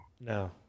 No